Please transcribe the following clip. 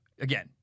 again